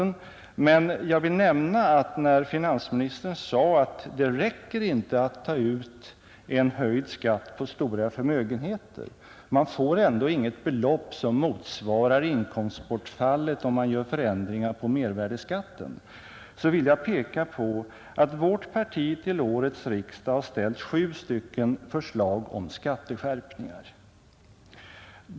När finansministern sade att det inte räcker att ta ut en höjd skatt på stora förmögenheter eftersom man ändå inte får in ett belopp som motsvarar inkomstbortfallet om man gör förändringar av mervärdeskatten, så vill jag peka på att vårt parti till årets riksdag har presenterat sju förslag till skatteskärpningar.